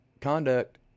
conduct